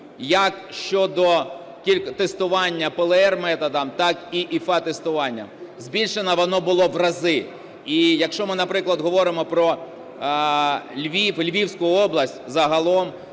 як щодо тестування ПЛР методом, так і ІФА-тестування. Збільшене воно було в рази. І якщо ми, наприклад, говоримо про Львів і Львівську область загалом,